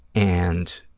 and